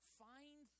find